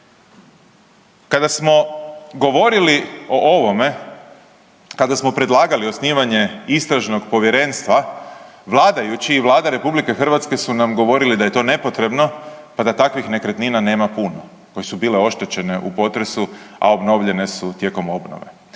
Kada smo govorili o ovome, kada smo predlagali osnivanje istražnog povjerenstva vladajući i Vlada RH su nam govorili da je to nepotrebno pa da takvih nekretnina nema puno koje su bile oštećene u potresu, a obnovljene su tijekom obnove.